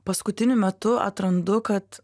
paskutiniu metu atrandu kad